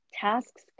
tasks